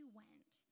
went